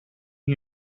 you